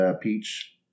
peach